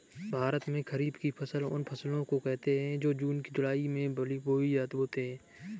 भारत में खरीफ की फसल उन फसलों को कहते है जो जून जुलाई में बोते है